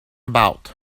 about